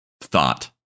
thought